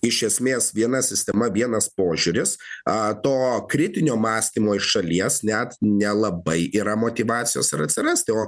iš esmės viena sistema vienas požiūris to kritinio mąstymo iš šalies net nelabai yra motyvacijos rasti o